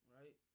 Right